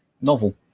novel